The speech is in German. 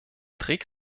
trägt